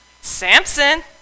Samson